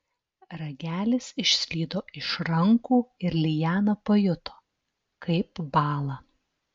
ragelis išslydo iš rankų ir liana pajuto kaip bąla